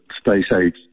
space-age